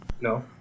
No